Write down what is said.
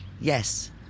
Yes